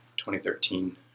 2013